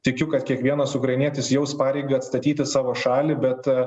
tikiu kad kiekvienas ukrainietis jaus pareigą atstatyti savo šalį bet